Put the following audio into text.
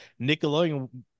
Nickelodeon